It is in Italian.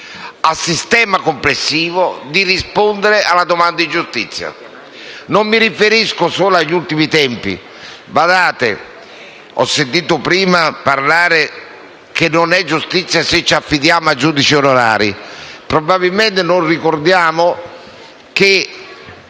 al sistema complessivo di rispondere alla domanda di giustizia. Non mi riferisco solo agli ultimi tempi. Badate, ho sentito prima dire che non è giustizia affidarsi ai giudici onorari. Probabilmente non ricordiamo che